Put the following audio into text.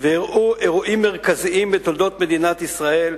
ואירעו אירועים מרכזיים בתולדות מדינת ישראל.